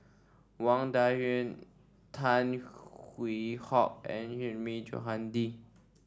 Wang Dayuan Tan Hwee Hock and Hilmi Johandi